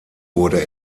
wurde